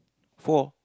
four